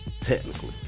Technically